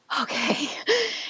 okay